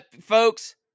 Folks